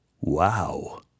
Wow